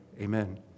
amen